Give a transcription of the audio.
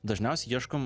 dažniausiai ieškom